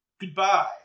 goodbye